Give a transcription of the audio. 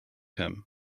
him